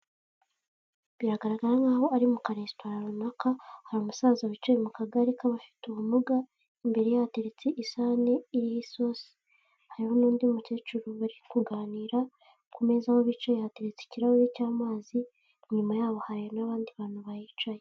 Biragaragara nkaho ari mu karesitora runaka hari umusaza wicaye mu kagari k'abafite ubumuga imbere hateretse isahane iriho isosi hari n'undi mukecuru bari kunganira ku meza aho bicaye yateretse ikirahure cy'amazi inyuma yabo hari n'abandi bantu bahicaye.